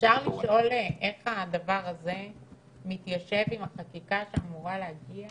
אפשר לשאול איך הדבר הזה מתיישב עם החקיקה שאמורה להגיע